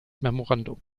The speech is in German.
memorandum